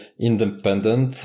independent